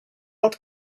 not